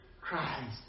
Christ